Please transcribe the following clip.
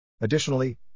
Additionally